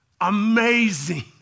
amazing